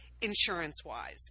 insurance-wise